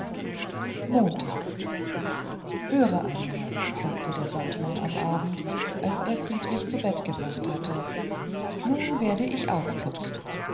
montag höre einmal sagte der sandmann am abend als er friedrich zu bette gebracht hatte nun werde ich aufputzen